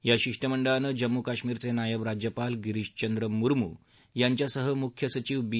या शिष्टमंडळानं जम्मू आणि कश्मीरचे नायब राज्यपाल गिरीशचंद्र मुर्मू यांच्यासह मुख्य सचीव बी